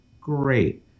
Great